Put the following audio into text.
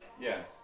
Yes